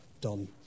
done